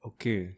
Okay